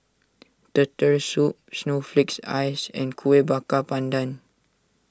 Turtle Soup Snowflake Ice and Kueh Bakar Pandan